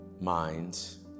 minds